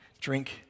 drink